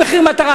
מחיר מטרה,